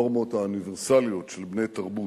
הנורמות האוניברסליות של בני תרבות.